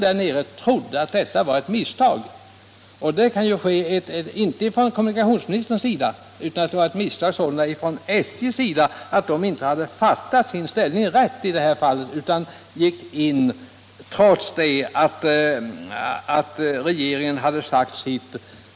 De trodde nämligen att vad som hänt var ett misstag, inte av kommunikationsministern utan av SJ, som inte hade fattat sin ställning rätt i det här fallet utan gjorde ändringar trots att regeringen hade sagt sitt.